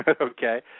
okay